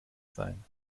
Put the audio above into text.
sein